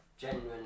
Genuine